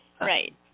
Right